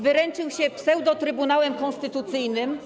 Wyręczył się pseudo-Trybunałem Konstytucyjnym.